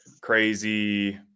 crazy